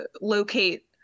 locate